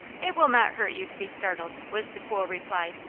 it will not hurt you to be startled, was the cool reply.